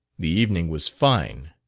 the evening was fine